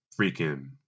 freaking